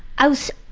i was.